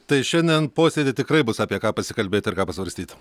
tai šiandien posėdy tikrai bus apie ką pasikalbėti ir ką pasvarstyt